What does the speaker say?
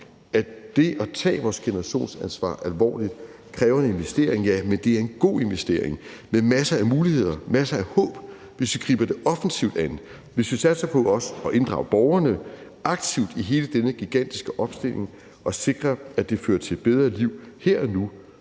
Det at tage vores generationsansvar alvorligt kræver en investering, ja, men det er en god investering med masser af muligheder og masser af håb, hvis vi griber det offensivt an; hvis vi satser på også at inddrage borgerne aktivt i hele denne gigantiske omstilling og sikre, at det fører til et bedre liv her og nu